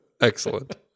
Excellent